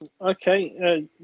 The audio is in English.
Okay